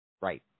Right